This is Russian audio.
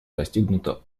достигнуто